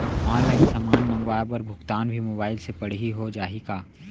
Online समान मंगवाय बर भुगतान भी मोबाइल से पड़ही हो जाही का?